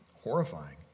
horrifying